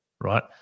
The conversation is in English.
right